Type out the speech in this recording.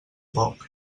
poc